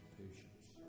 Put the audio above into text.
patience